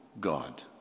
God